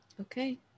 Okay